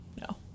No